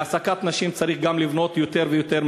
לצורך העסקת נשים צריך גם לבנות יותר ויותר